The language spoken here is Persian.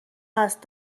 هست